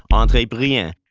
um andree brien,